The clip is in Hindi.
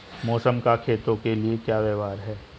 मौसम का खेतों के लिये क्या व्यवहार है?